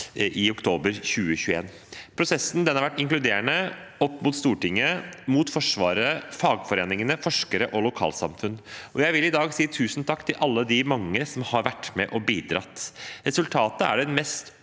i oktober 2021. Prosessen har vært inkluderende overfor Stortinget, Forsvaret, fagforeningene, forskere og lokalsamfunn. Jeg vil i dag si tusen takk til alle de mange som har vært med og bidratt. Resultatet er den mest